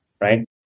right